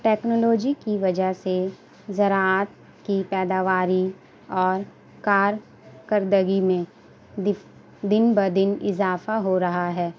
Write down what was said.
technology کی وجہ سے زراعت کی پیداواری اور کارکردگی میں دن بدن اضافہ ہو رہا ہے